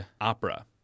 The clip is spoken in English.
opera